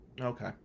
Okay